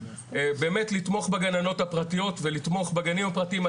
לתמוך בגננות הפרטיות ולתמוך בגנים הפרטיים.